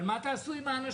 אבל מה תעשו עם האנשים?